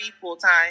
full-time